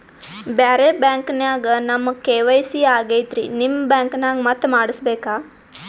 ಬ್ಯಾರೆ ಬ್ಯಾಂಕ ನ್ಯಾಗ ನಮ್ ಕೆ.ವೈ.ಸಿ ಆಗೈತ್ರಿ ನಿಮ್ ಬ್ಯಾಂಕನಾಗ ಮತ್ತ ಮಾಡಸ್ ಬೇಕ?